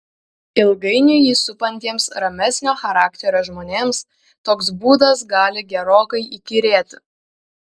ilgainiui jį supantiems ramesnio charakterio žmonėms toks būdas gali gerokai įkyrėti